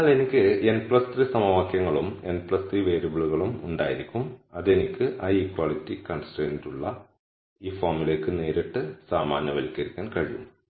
അതിനാൽ എനിക്ക് n 3 സമവാക്യങ്ങളും n 3 വേരിയബിളുകളും ഉണ്ടായിരിക്കും അത് എനിക്ക് l ഇക്വാളിറ്റി കൺസ്ട്രൈന്റുള്ള ഈ ഫോമിലേക്ക് നേരിട്ട് സാമാന്യവൽക്കരിക്കാൻ കഴിയും